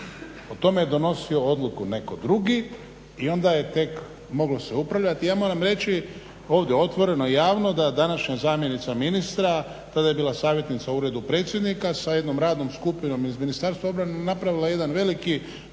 O tome je donosio odluku netko drugi i onda je tek moglo se upravljati. Ja moram reći ovdje otvoreno i javno da današnja zamjenica ministra, tada je bila savjetnica u Uredu predsjednika sa jednom radnom skupinom iz Ministarstva obrane je napravila jedan veliki